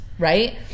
Right